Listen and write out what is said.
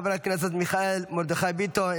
חבר הכנסת מיכאל מרדכי ביטון,